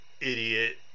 idiot